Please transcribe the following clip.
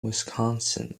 wisconsin